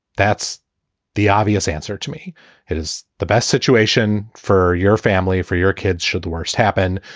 that's the obvious answer to me it is the best situation for your family, for your kids. should the worst happen,